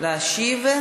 להשיב.